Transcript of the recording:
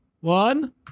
one